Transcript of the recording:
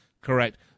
correct